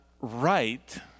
right